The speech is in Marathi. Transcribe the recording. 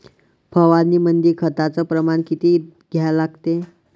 फवारनीमंदी खताचं प्रमान किती घ्या लागते?